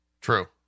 True